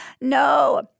no